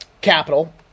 Capital